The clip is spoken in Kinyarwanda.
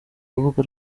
rubuga